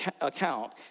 account